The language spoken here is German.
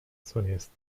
zunächst